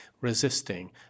resisting